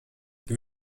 die